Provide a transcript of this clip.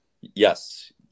Yes